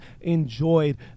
enjoyed